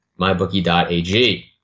MyBookie.ag